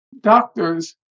doctors